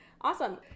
awesome